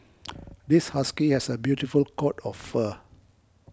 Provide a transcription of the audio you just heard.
this husky has a beautiful coat of fur